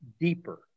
deeper